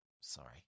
Sorry